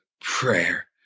prayer